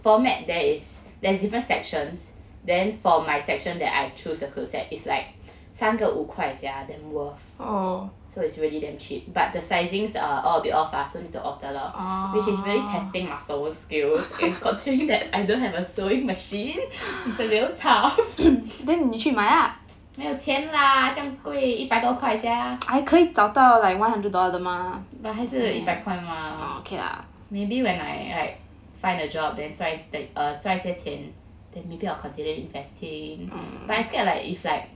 and it's like the format there is there's different sections then for my section that I choose the clothes that is like 三个五块 sia damn worth so it's really damn cheap but the sizings are all a bit off ah so need to alter lor which is very testing muscle skills and considering that I don't have a sewing machine it's a little tough 没有钱啦这样贵一百多块 sia 还是一百块嘛 maybe when I like find a job like 赚 err 赚一些钱 then maybe I will consider investing but I scared like if like